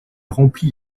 remplit